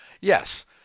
Yes